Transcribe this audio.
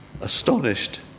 Astonished